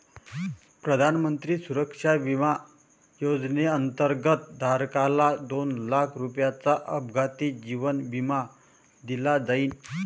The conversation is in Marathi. प्रधानमंत्री सुरक्षा विमा योजनेअंतर्गत, धारकाला दोन लाख रुपयांचा अपघाती जीवन विमा दिला जाईल